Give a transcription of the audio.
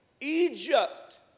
Egypt